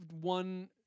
one